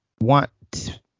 want